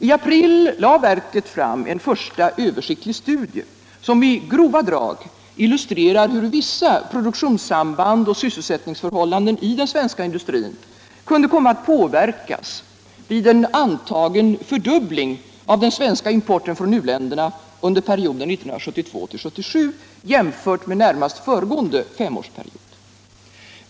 I april lade industriverket fram en första översiktlig studie, som i grova drag illustrerar hur vissa produktionssamband och sysselsättningsförhållanden i den svenska industrin kunde komma att påverkas vid en antagen fördubbling av den svenska importen från u-länderna under perioden 1972-1977. jämfört med närmast föregående femårsperiod.